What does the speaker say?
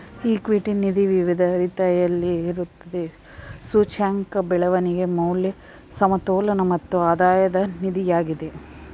equity ನಿಧಿ ವಿವಿಧ ರೀತಿಯಲ್ಲಿರುತ್ತದೆ, ಸೂಚ್ಯಂಕ, ಬೆಳವಣಿಗೆ, ಮೌಲ್ಯ, ಸಮತೋಲನ ಮತ್ತು ಆಧಾಯದ ನಿಧಿಯಾಗಿದೆ